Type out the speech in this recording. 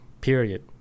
period